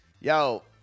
Yo